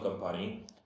company